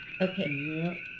Okay